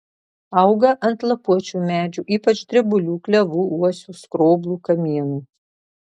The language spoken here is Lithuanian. auga ant lapuočių medžių ypač drebulių klevų uosių skroblų kamienų